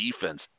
defense